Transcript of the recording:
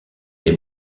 des